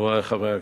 חברי חברי הכנסת,